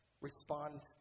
respond